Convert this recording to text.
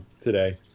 today